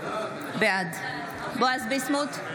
בעד בועז ביסמוט,